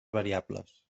variables